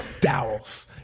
dowels